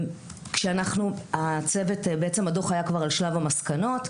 הדוח היה כבר על שלב המסקנות,